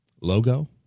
logo